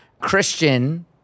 Christian